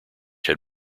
had